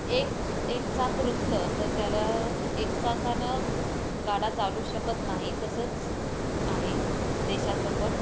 एक एक चाक रुतलं तर त्याला एक चाकांना गाडा चालू शकत नाही तसंच आहे देशाचं पण